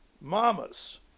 mamas